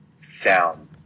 sound